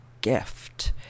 gift